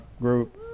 group